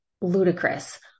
ludicrous